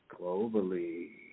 Globally